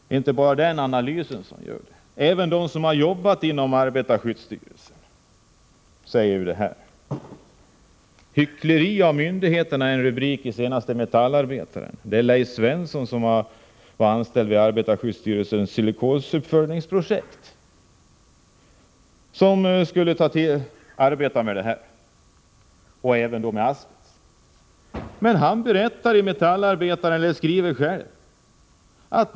Det är inte bara min analys. Även de som har jobbat inom arbetarskyddsstyrelsen säger så. ”Hyckleri av myndigheterna” är en rubrik i det senaste numret av Metallarbetaren. Leif Svensson, som varit anställd vid arbetarsskyddsstyrelsens silikosuppföljningsprojekt, som även skulle arbeta med asbest, skriver i Metallarbetaren att det arbetet avbröts.